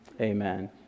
Amen